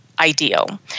Ideal